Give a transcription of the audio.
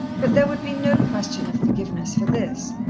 but there would be no question of forgiveness for this.